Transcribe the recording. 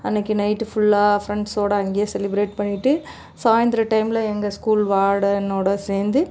அன்னிக்கி நைட்டு ஃபுல்லாக ஃப்ரெண்ட்சோடு அங்கே செலிப்ரேட் பண்ணிட்டு சாயந்தர டைமில் எங்கள் ஸ்கூல் வார்டனோடு சேர்ந்து